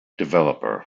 developer